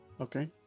Okay